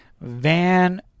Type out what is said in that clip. Van